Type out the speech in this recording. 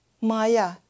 Maya